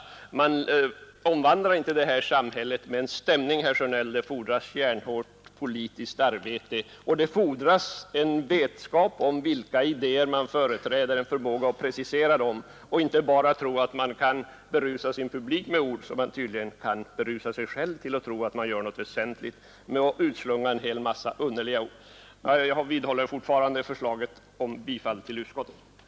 Och man omvandlar inte det här samhället med en stämning, herr Sjönell. För det fordras järnhårt politiskt arbete. Och det fordras vetskap om vilka idéer man företräder, och man skall våga att precisera dem, inte bara tro att man kan berusa sin publik med ord. Tydligen kan man berusa sig själv till att tro att man uträttar något väsentligt, bara med att utslunga en stor mängd underliga ord. Herr talman! Jag vidhåller mitt yrkande om bifall till utskottets hemställan.